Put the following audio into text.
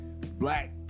black